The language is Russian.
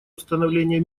установления